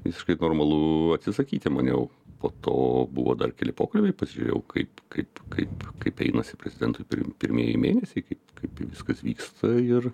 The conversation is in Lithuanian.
visiškai normalu atsisakyti maniau po to buvo dar keli pokalbiai pasižiūrėjau kaip kaip kaip kaip einasi prezidentui pirmi pirmieji mėnesiai kaip viskas vyksta ir